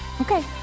Okay